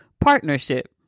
partnership